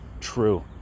true